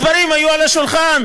הדברים היו על השולחן,